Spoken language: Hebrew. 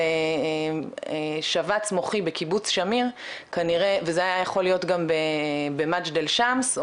על שבץ מוחי בקיבוץ שמיר וזה היה יכול להיות גם במג'דל שאמס,